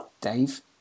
Dave